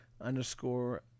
underscore